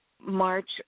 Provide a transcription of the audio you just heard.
March